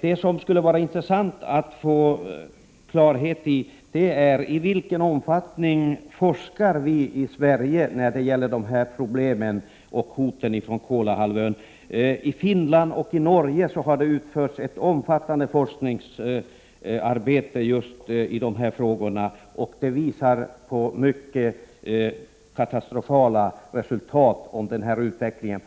Det skulle vara intressant att få klarhet i hur mycket vi i Sverige forskar i dessa problem. I Finland och Norge har utförts ett omfattande forskningsarbete i dessa frågor. Resultaten visar mycket katastrofala följder om utvecklingen